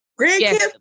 grandkids